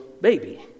baby